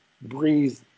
breathe